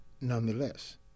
nonetheless